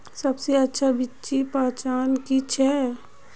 सबसे अच्छा बिच्ची पहचान की छे?